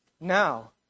now